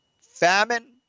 famine